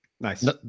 Nice